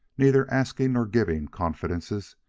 neither asking nor giving confidences,